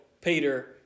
Peter